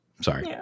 Sorry